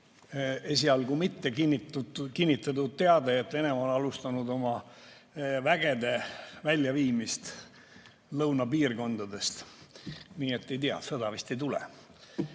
esialgu mittekinnitatud teade, et Venemaa on alustanud oma vägede väljaviimist lõunapiirkondadest. Nii et ei tea, sõda vist ei tule.